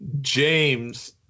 James